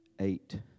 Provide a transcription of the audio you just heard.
eight